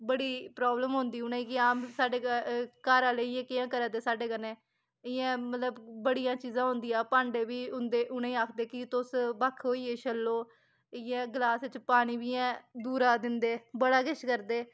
बड़ी प्राब्लम होंदी उ'नेंगी हां साड्ढे घर आह्ले इ'यां कियां करा दे साड्डे कन्नै इ'यां मतलब बड़ियां चीजां होंदियां भांडे बी उं'दे उनेंगी आखदे कि तुस बक्ख होइयै छल्लो इयै गलास च पानी बी इ'यां दूरा दिंदे बड़ा किश करदे